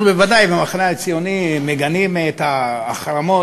אנחנו במחנה הציוני בוודאי מגנים את ההחרמות.